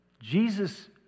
Jesus